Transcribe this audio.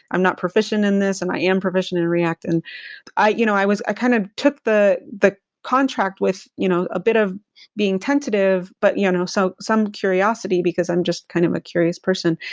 i'm not proficient in this and i am proficient in react and i you know i kind of took the the contract with you know a bit of being tentative but, you know, so some curiosity because i'm just kind of a curious person.